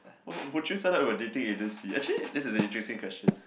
oh just now I was the dating in this sea actually this is the interesting question